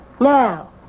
Now